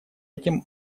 этим